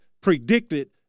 predicted